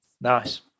Nice